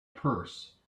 purse